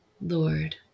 Lord